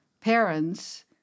parents